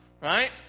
right